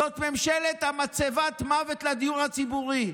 זאת ממשלת מצבת מוות לדיור הציבורי.